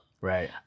Right